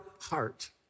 heart